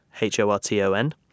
H-O-R-T-O-N